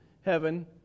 heaven